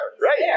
right